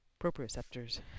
proprioceptors